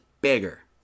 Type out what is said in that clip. bigger